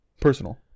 Personal